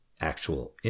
actual